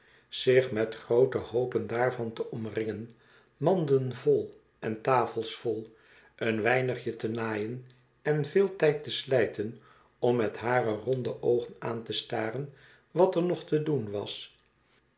zich met groote hoopen daarvan te omringen manden vol en tafels vol een weinigje te naaien en veel tijd te slijten om met hare ronde oogen aan te staren wat er nog te doen was